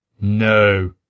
No